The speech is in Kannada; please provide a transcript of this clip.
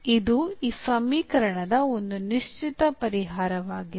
ಇದು ಈ ಸಮೀಕರಣದ ಒಂದು ನಿಶ್ಚಿತ ಪರಿಹಾರವಾಗಿದೆ